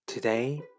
Today